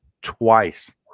twice